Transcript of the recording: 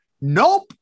nope